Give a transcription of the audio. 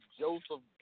joseph